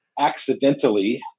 accidentally